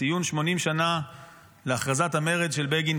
ציון 80 שנה להכרזת המרד של בגין,